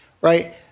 right